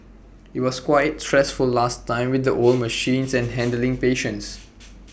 IT was quite stressful last time with the old machines and handling patients